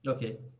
get